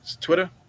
Twitter